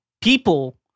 people